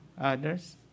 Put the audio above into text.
others